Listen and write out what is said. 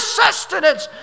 sustenance